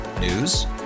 News